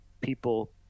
people